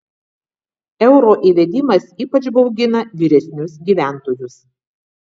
euro įvedimas ypač baugina vyresnius gyventojus